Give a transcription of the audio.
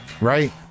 right